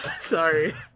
Sorry